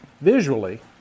visually